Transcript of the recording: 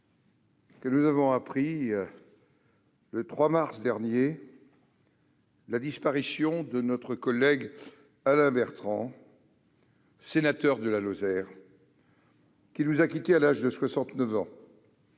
que nous avons appris, le 3 mars dernier, la disparition de notre collègue Alain Bertrand, sénateur de la Lozère, qui nous a quittés à l'âge de 69 ans,